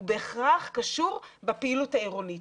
הוא בהכרח קשור בפעילות העירונית